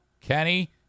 Kenny